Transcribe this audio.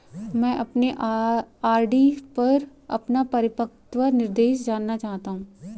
मैं अपने आर.डी पर अपना परिपक्वता निर्देश जानना चाहता हूं